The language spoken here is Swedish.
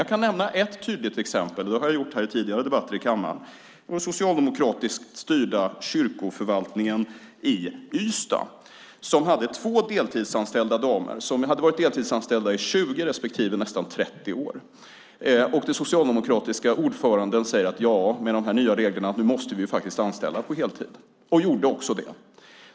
Jag kan nämna ett tydligt exempel som jag har tagit upp också i tidigare debatter i kammaren, nämligen den socialdemokratiskt styrda kyrkogårdsförvaltningen i Ystad, som hade två deltidsanställda damer. De hade varit deltidsanställda i 20 respektive nästan 30 år. Den socialdemokratiske ordföranden sade: Med de här nya reglerna måste vi faktiskt anställa på heltid. Man gjorde också det.